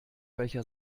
welcher